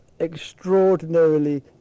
extraordinarily